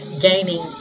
gaining